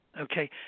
okay